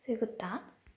ಸಿಗುತ್ತಾ